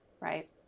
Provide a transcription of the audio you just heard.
Right